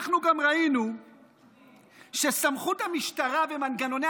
אנחנו גם ראינו שסמכות המשטרה ומנגנוני